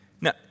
Now